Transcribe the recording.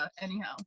anyhow